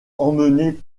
emmenée